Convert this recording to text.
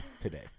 today